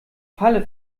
falle